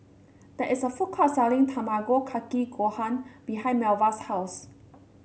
there is a food court selling Tamago Kake Gohan behind Melva's house